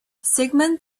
sigmund